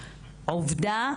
עובדה,